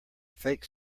fake